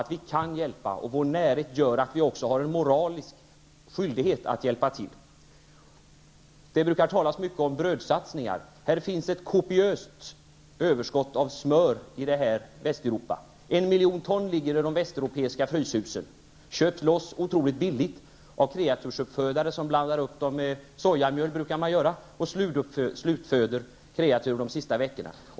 Vi kan hjälpa. Vår närhet gör att vi också har en moralisk skyldighet att hjälpa till. Det brukar talas mycket om brödsatsningar. I Västeuropa finns ett kopiöst överskott av smör. En miljon ton ligger i de västeuropeiska fryshusen. Det köps otroligt billigt av kreatursuppfödare som blandar upp det med sojamjöl för att slutföda kreatur de sista veckorna.